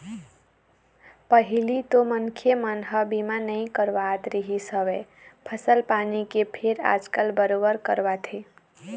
पहिली तो मनखे मन ह बीमा नइ करवात रिहिस हवय फसल पानी के फेर आजकल बरोबर करवाथे